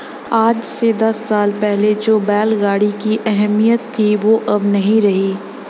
आज से दस साल पहले जो बैल गाड़ी की अहमियत थी वो अब नही रही